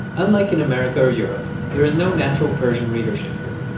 unlike in america or europe, there is no natural persian readership here,